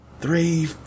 three